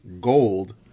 Gold